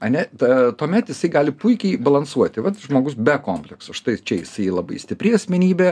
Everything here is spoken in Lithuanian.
ane tai yra tuomet jisai gali puikiai balansuoti vat žmogus be komplekso štai čia jisai labai stipri asmenybė